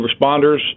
responders